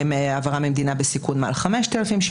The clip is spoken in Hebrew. העברה ממדינה בסיכון מעל 5,000 שקל.